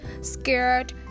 scared